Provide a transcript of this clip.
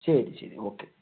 ശരി ശരി ഓക്കെ